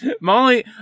Molly